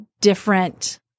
different